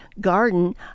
garden